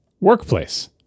workplace